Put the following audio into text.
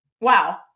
Wow